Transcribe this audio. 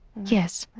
yes.